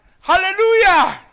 Hallelujah